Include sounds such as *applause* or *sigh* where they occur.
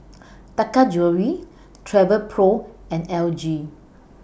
*noise* Taka Jewelry Travelpro and L G